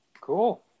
Cool